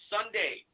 Sunday